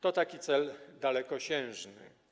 To taki cel dalekosiężny.